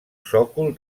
sòcol